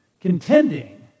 contending